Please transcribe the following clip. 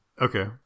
Okay